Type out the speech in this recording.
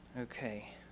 Okay